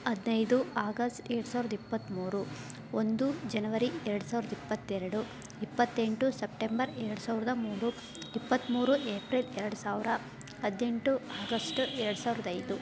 ಹದ್ನೈದು ಆಗಸ್ಟ್ ಎರ್ಡು ಸಾವ್ರ್ದ ಇಪ್ಪತ್ತ್ಮೂರು ಒಂದು ಜನವರಿ ಎರ್ಡು ಸಾವ್ರ್ದ ಇಪ್ಪತ್ತೆರಡು ಇಪ್ಪತ್ತೆಂಟು ಸೆಪ್ಟೆಂಬರ್ ಎರ್ಡು ಸಾವಿರ್ದ ಮೂರು ಇಪ್ಪತ್ತ್ಮೂರು ಏಪ್ರಿಲ್ ಎರಡು ಸಾವಿರ ಹದ್ನೆಂಟು ಆಗಸ್ಟ ಎರ್ಡು ಸಾವ್ರ್ದ ಐದು